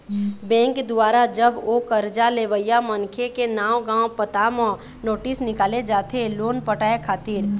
bank दुवारा जब ओ करजा लेवइया मनखे के नांव गाँव पता म नोटिस निकाले जाथे लोन पटाय खातिर